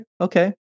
Okay